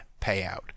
payout